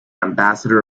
ambassador